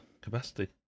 capacity